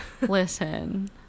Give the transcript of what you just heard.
Listen